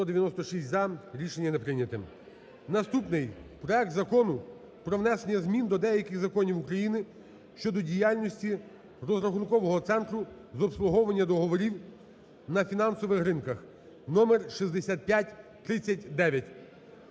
Наступний: проект Закону про внесення змін до деяких законів України щодо діяльності Розрахункового центру з обслуговування договорів на фінансових ринках (номер 6539).